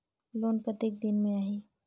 Loan कतेक दिन मे आही?